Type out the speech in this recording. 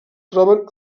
troben